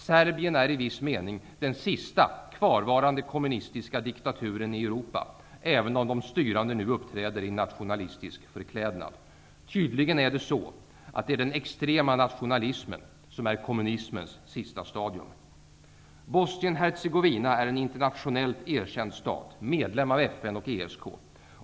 Serbien är i viss mening den sista kvarvarande kommunistiska diktaturen i Europa, även om de styrande nu uppträder i nationalistisk förklädnad. Tydligen är det den extrema nationalismen som är kommunismens sista stadium. Bosnien-Hercegovina är en internationellt erkänd stat, medlem av FN och ESK.